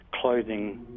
clothing